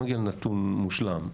לא נגיע לנתון מושלם.